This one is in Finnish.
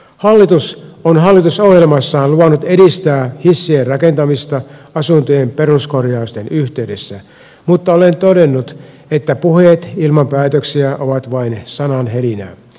hallitus on hallitusohjelmassaan luvannut edistää hissien rakentamista asuntojen peruskorjausten yhteydessä mutta olen todennut että puheet ilman päätöksiä ovat vain sanahelinää